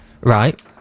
Right